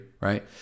right